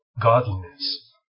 godliness